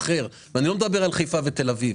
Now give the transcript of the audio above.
ושוב, אני לא מדבר על חיפה ותל אביב.